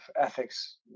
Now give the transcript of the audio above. ethics